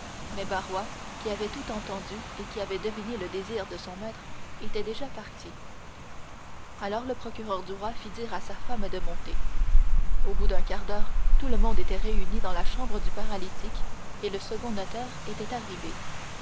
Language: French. mais barrois qui avait tout entendu et qui avait deviné le désir de son maître était déjà parti alors le procureur du roi fit dire à sa femme de monter au bout d'un quart d'heure tout le monde était réuni dans la chambre du paralytique et le second notaire était arrivé